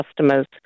customers